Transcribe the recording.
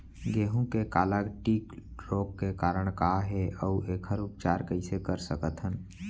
गेहूँ के काला टिक रोग के कारण का हे अऊ एखर उपचार कइसे कर सकत हन?